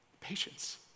Patience